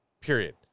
Period